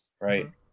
Right